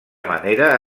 manera